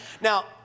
Now